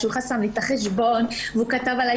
שהוא חסם לי את החשבון והוא כתב עליי